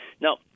Now